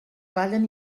ballen